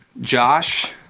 Josh